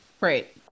Right